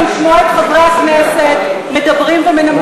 זה לשמוע את חברי הכנסת מדברים ומנמקים.